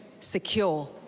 secure